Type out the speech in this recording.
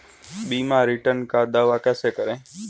बीमा रिटर्न का दावा कैसे करें?